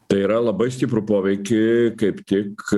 tai yra labai stiprų poveikį kaip tik